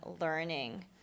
learning